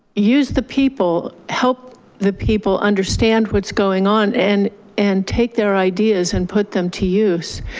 use the people, help the people understand what's going on, and and take their ideas and put them to use.